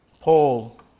Paul